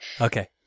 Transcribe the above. Okay